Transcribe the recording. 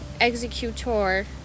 executor